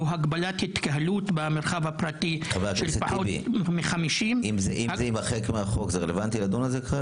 הגבלת התקהלות במרחב הפרטי של פחות מ-50 -- רלוונטי לדון בזה כרגע